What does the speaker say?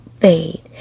fade